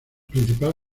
principal